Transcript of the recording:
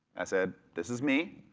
i said, this is me,